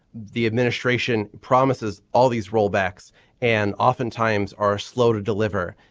the administration promises all these rollbacks and oftentimes are slow to deliver.